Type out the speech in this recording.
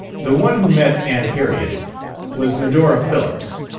the one who met aunt harriet was medora phillips,